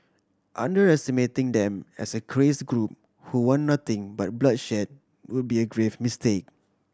underestimating them as a craze group who want nothing but bloodshed would be a grave mistake